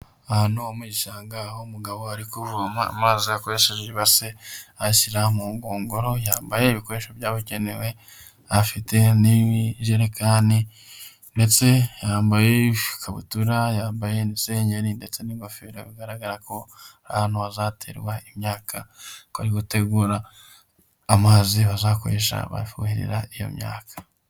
Ahantu ho mu gishanga, aho umugabo ari kuvoma amazi akoresheje ibase ayashyira mu ngunguru, yambaye ibikoresho byabugenewe, afite n'ijerekani ndetse yambaye ikabutura ,yambaye n'isengeri, ndetse n'ingofero. Bigaragara ko aha hantu hazaterwa imyaka, ko bari gutegura amazi bazakoresha bafuhira iyo myaka.